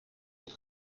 het